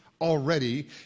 Already